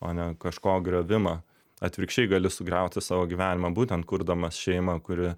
o ne kažko griovimą atvirkščiai gali sugriauti savo gyvenimą būtent kurdamas šeimą kuri